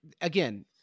again